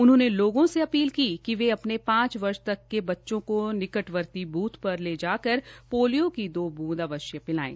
उन्होंने लोगों से अपील की वह अपने पांच वर्ष तक से बच्चों को निकटवर्ती ब्थ पर लेजाकर पोलियो की दो बूंद अवश्य पिलाये